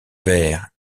vers